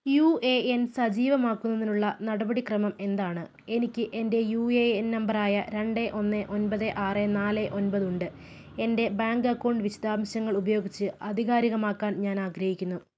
U A N സജീവമാക്കുന്നതിനുള്ള നടപടിക്രമം എന്താണ് എനിക്ക് എൻ്റെ യു എ എൻ നമ്പറായ രണ്ട് ഒന്ന് ഒമ്പത് ആറ് നാല് ഒമ്പത് ഉണ്ട് എൻ്റെ ബാങ്ക് അക്കൗണ്ട് വിശദാംശങ്ങൾ ഉപയോഗിച്ചു ആധികാരികമാക്കാൻ ഞാൻ ആഗ്രഹിക്കുന്നു